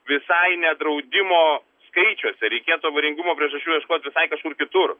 visai ne draudimo skaičiuose reikėtų avaringumo priežasčių ieškot visai kažkur kitur